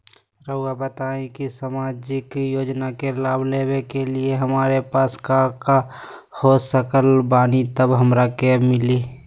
रहुआ बताएं कि सामाजिक योजना के लाभ लेने के लिए हमारे पास काका हो सकल बानी तब हमरा के मिली?